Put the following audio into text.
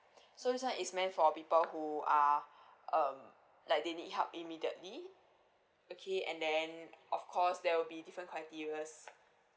so this one is meant for people who are um like they need help immediately okay and then of course there will be different criterias